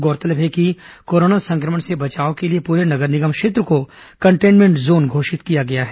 गौरतलब है कि कोरोना संक्रमण से बचाव के लिए पूरे नगर निगम क्षेत्र को कंटेनमेंट जोन घोषित किया गया है